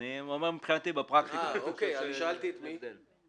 הפרקטיקה שעורך דין